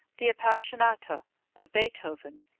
the appassionata of beethoven,